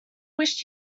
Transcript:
wished